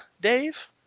Dave